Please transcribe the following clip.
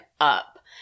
up